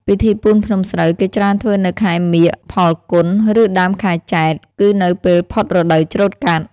ពិធីពូនភ្នំសូ្រវគេច្រើនធ្វើនៅខែមាឃ-ផល្គុន ឬដើមខែចេត្រ គឺនៅពេលផុតរដូវច្រូតកាត់។